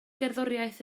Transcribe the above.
gerddoriaeth